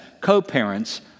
co-parents